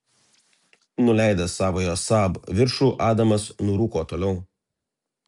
nuleidęs savojo saab viršų adamas nurūko toliau